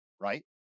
Right